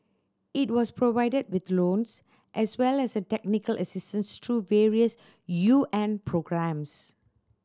it was provided with loans as well as a technical assistance through various U N programmes